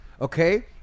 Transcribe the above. okay